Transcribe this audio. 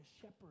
shepherd